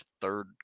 third